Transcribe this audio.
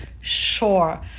sure